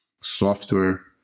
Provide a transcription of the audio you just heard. software